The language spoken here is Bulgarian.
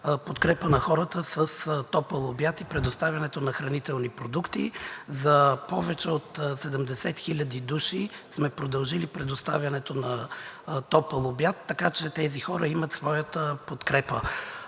подкрепа на хората с топъл обяд и предоставянето на хранителни продукти. За повече от 70 хиляди души сме продължили предоставянето на топъл обяд, така че тези хора имат своята подкрепа.